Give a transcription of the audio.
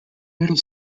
middle